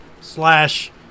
slash